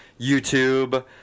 YouTube